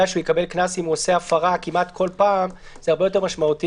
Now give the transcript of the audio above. יש הרבה מאוד נאמני קורונה וזה הרבה יותר טוב.